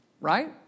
right